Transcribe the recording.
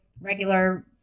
regular